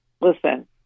listen